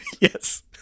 Yes